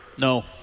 no